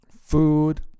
food